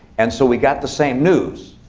and so we got the same news.